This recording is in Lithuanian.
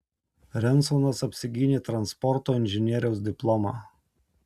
rensonas apsigynė transporto inžinieriaus diplomą